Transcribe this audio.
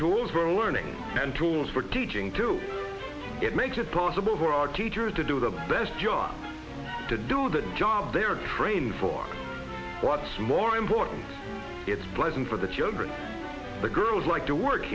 tools for learning and tools for teaching to it makes it possible for our teachers to do the best job to do the job they're trained for what's more important it's pleasant for the children the girls like to work